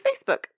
Facebook